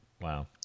Wow